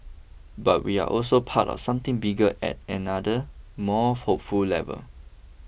but we are also part of something bigger at another more hopeful level